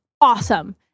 awesome